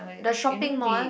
the shopping mall